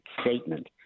statement